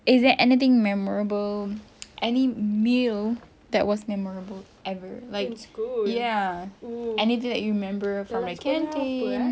is there anything memorable any meal that was memorable ever like ya anything that you remember from like canteen